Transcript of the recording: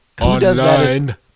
online